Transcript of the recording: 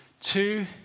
Two